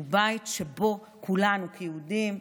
שהוא בית שבו כולנו כיהודים,